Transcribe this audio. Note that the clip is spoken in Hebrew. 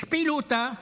השפילו אותה,